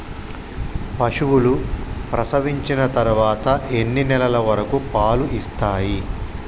పశువులు ప్రసవించిన తర్వాత ఎన్ని నెలల వరకు పాలు ఇస్తాయి?